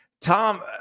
Tom